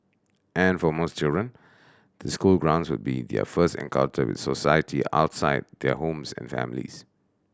and for most children the school grounds would be their first encounter with society outside their homes and families